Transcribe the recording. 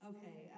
Okay